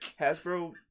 hasbro